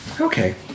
Okay